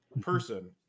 person